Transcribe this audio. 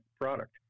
product